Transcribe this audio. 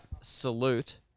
salute